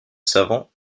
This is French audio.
savants